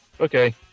Okay